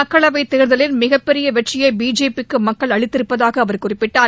மக்களவைத் தேர்தலில் மிகப்பெரிய வெற்றியை பிஜேபி க்கு மக்கள் அளித்திருப்பதாக அவர் குறிப்பிட்டார்